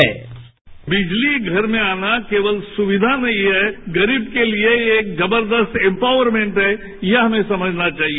bite बिजली घर में आना केवल सुविधा नहीं है गरीब के लिए ये एक जवरदस्त इम्पावरमेंट है यह हमें समझना चाहिए